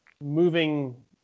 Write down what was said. moving